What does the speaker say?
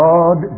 God